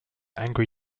angry